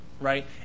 right